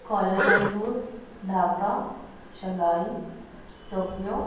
Kuala Lumpur Dhaka Shanghai Tokyo